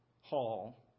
hall